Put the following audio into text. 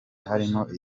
harimo